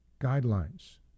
guidelines